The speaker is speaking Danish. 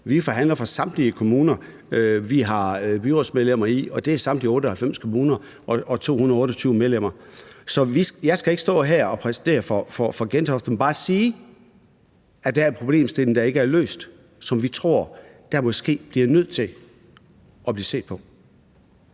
vi forhandler for samtlige kommuner, vi har byrådsmedlemmer i, og det er samtlige 98 kommuner – 228 medlemmer. Så jeg skal ikke stå her og præsidere over Gentofte, men bare sige, at der er en problemstilling, der ikke er løst, som vi tror der måske bliver nødt til at blive set på.